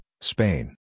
Spain